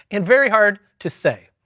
and very hard to say.